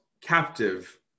captive